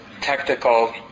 technical